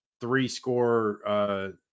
three-score